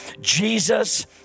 Jesus